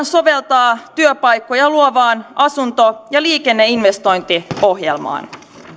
soveltaa työpaikkoja luovaan asunto ja liikenneinvestointiohjelmaan